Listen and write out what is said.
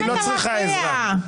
היא לא צריכה עזרה.